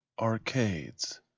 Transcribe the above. Arcades